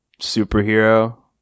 superhero